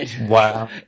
Wow